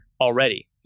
already